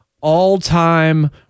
all-time